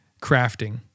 crafting